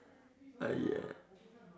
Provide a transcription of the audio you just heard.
I